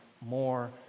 more